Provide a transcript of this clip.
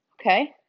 Okay